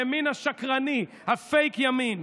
הימין השקרני, הפייק ימין.